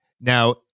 Now